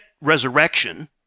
resurrection